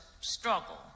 struggle